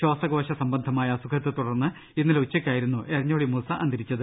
ശ്വാസകോശ സം ബന്ധമായ അസുഖത്തെതുടർന്ന് ഇന്നലെ ഉച്ചയ്ക്കായിരുന്നു എര ഞ്ഞോളി മൂസ അന്തരിച്ചത്